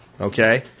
Okay